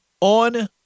on